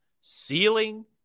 ceiling